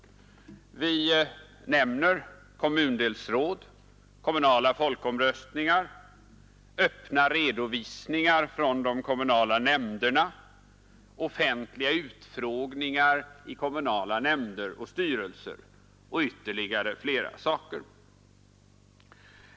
Vi nämner kommundelsråd, kommunala folkomröstningar, öppna redovisningar från de kommunala nämnderna, offentliga utfrågningar i kommunala nämnder och styrelser samt ytterligare saker.